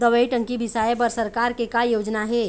दवई टंकी बिसाए बर सरकार के का योजना हे?